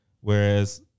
Whereas